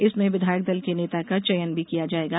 इसमें विधायक दल के नेता का चयन भी किया जाएगा